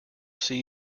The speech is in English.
see